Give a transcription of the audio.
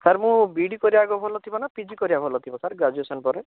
sir ମୁଁ B E D କରିବା ଆଗ ଭଲ ଥିବ ନା ପି ଜି କରିବା ଭଲ ଥିବ ସାର୍ ଗ୍ରାଜୁଏସନ୍ ପରେ